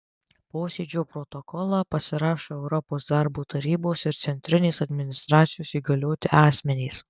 posėdžio protokolą pasirašo europos darbo tarybos ir centrinės administracijos įgalioti asmenys